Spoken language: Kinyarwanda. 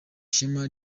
shema